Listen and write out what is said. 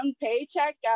paycheck